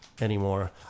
anymore